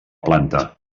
planta